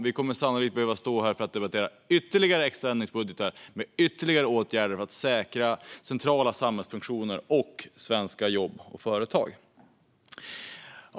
Vi kommer sannolikt att behöva stå här och debattera ytterligare extra ändringsbudgetar med ytterligare åtgärder för att säkra centrala samhällsfunktioner, svenska jobb och företag.